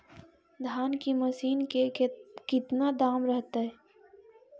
धान की मशीन के कितना दाम रहतय?